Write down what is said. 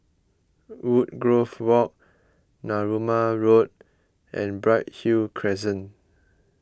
Woodgrove Walk Narooma Road and Bright Hill Crescent